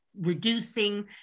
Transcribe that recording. reducing